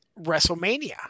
wrestlemania